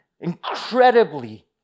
incredibly